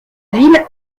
ville